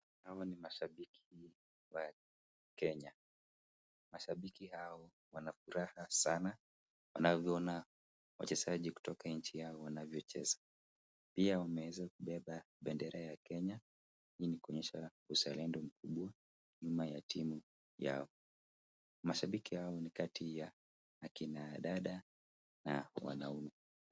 Hawa ni mashabiki wa Kenya. Mashabiki hawa wanafuraha sana wanavyoona wachezaji kutoka nchi yao wanavyocheza. Pia wameweza kubeba bendera ya Kenya hii ni kuonyesha uzalendo mkubwa nyuma ya timu yao. Mashabiki hao ni kati ya akina dada na wanaume.